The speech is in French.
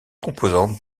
composantes